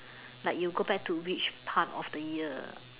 like you go back to which part of the year